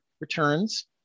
returns